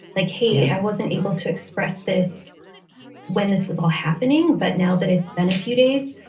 like, hey, i wasn't able to express this when this was all happening. but now that it's been a few days,